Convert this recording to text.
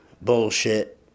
bullshit